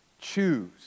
choose